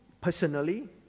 personally